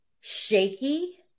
shaky